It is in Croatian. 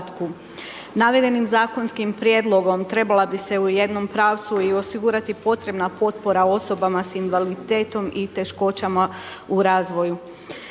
Navedenim zakonom prijedlogom trebala bi ste u jednom pravcu i osigurati potrebna potpora osobama sa invaliditetom i teškoćama u razvoju.